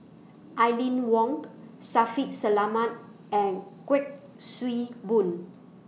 Aline Wong Shaffiq Selamat and Kuik Swee Boon